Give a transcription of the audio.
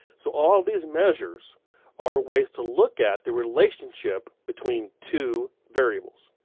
so all of these measures are ways to look at the relationship between two variables.